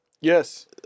Yes